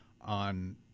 on